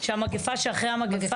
על המגיפה שאחרי המגיפה?